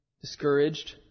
discouraged